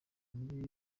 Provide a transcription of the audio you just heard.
muri